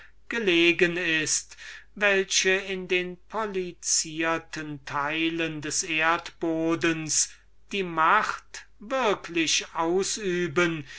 gelegen ist welche in den policierten teilen des erdbodens die macht würklich ausüben